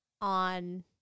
on